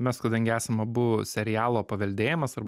mes kadangi esam abu serialo paveldėjimas arba